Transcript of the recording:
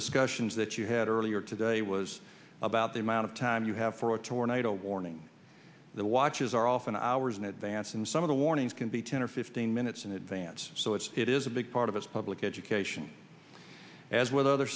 discussions that you had earlier today was about the amount of time you have for a tornado warning the watches are often hours in advance and some of the warnings can be ten or fifteen minutes in advance so it's it is big part of us public education as with other